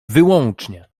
wyłącznie